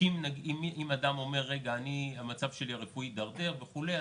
שבודקים נגיד אם אדם אומר שהמצב הרפואי שלו התדרדר וכולי,